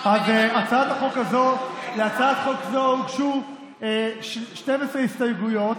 להצעת חוק זו הוגשו 12 הסתייגויות.